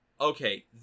okay